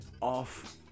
off